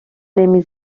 نمی